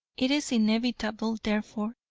it is inevitable, therefore,